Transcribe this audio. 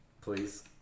please